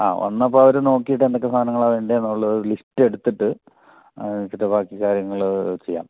ആ വന്നപ്പോൾ അവർ നോക്കിയിട്ട് എന്തൊക്കെ സാധനങ്ങൾ ആണ് വേണ്ടത് എന്നുള്ളത് ലിസ്റ്റ് എടുത്തിട്ട് ബാക്കി കാര്യങ്ങൾ ചെയ്യാം